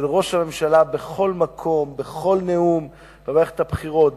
של ראש הממשלה בכל מקום, בכל נאום במערכת הבחירות.